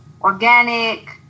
organic